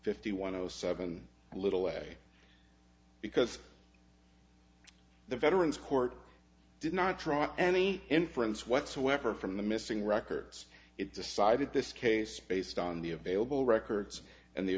fifty one zero seven a little way because the veterans court did not draw any inference whatsoever from the missing records it decided this case based on the available records and the